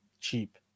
cheap